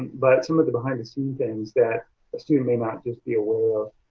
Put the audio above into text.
but some of the behind the scenes things that a student may not just be aware of.